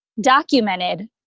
documented